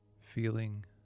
Feeling